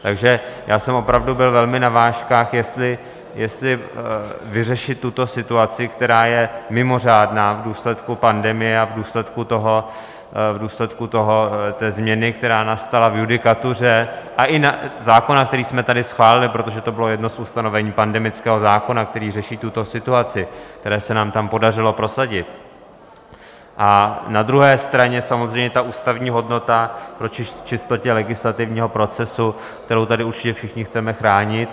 Takže já jsem opravdu byl velmi na vážkách, jestli vyřešit tuto situaci, která je mimořádná v důsledku pandemie a v důsledku změny, která nastala v judikatuře, i zákona, který jsme tady schválili protože to bylo jedno z ustanovení pandemického zákona, který řeší tuto situaci, které se nám tam podařilo prosadit a na druhé straně samozřejmě ta ústavní hodnota čistoty legislativního procesu, kterou tady určitě všichni chceme chránit.